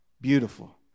Beautiful